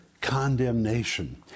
condemnation